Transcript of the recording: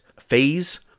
phase